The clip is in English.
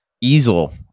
easel